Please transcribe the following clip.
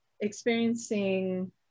experiencing